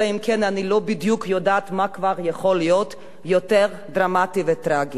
אלא אם כן אני לא בדיוק יודעת מה כבר יכול להיות יותר דרמטי וטרגי.